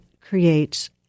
creates